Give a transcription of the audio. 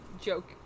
joke